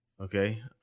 Okay